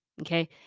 Okay